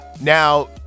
now